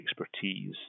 expertise